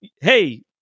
hey